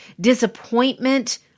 disappointment